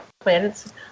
planets